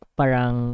parang